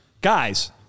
guys